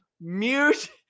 Mute